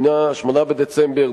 8 בדצמבר,